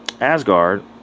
Asgard